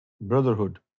Brotherhood